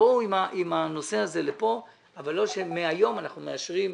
תבואו עם הנושא הזה לכאן אבל לא שמהיום אנחנו מאשרים.